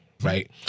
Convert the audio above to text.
Right